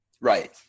Right